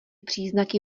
příznaky